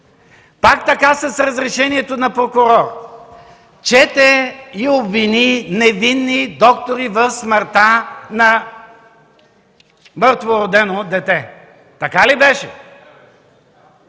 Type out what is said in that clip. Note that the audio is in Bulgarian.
пак така, с разрешението на прокурор, чете и обвини невинни доктори за смъртта на мъртвородено дете. Така ли беше?